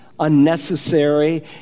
unnecessary